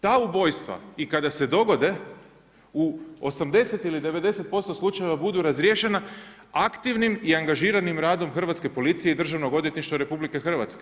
Ta ubojstva i kada se dogode, u 80 ili 90% slučajeva budu razriješena, aktivnim i angažiranim radom hrvatske policije i državnog odvjetništva RH.